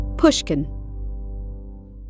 pushkin